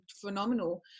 phenomenal